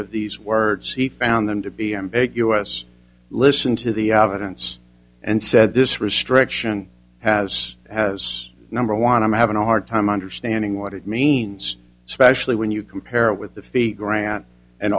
of these words he found them to be ambiguous listen to the evidence and said this restriction has has number one i'm having a hard time understanding what it means especially when you compare it with the fee grant and